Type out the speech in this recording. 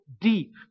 deep